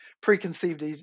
preconceived